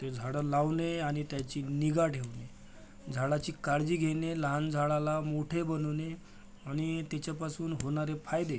ते झाडं लावणे आणि त्याची निगा ठेवणे झाडाची काळजी घेणे लहान झाडाला मोठे बनवणे आणि त्याच्यापासून होणारे फायदे